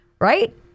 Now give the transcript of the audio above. Right